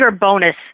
bonus